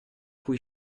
cui